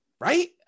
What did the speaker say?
Right